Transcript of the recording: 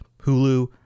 Hulu